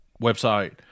website